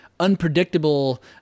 unpredictable